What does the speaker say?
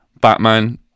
Batman